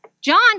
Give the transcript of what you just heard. John